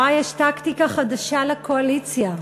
שיש טקטיקה חדשה לקואליציה.